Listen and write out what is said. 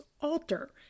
alter